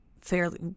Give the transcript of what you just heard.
fairly